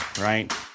right